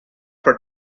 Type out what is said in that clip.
for